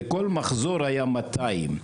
וכל מחזור היה מאתיים.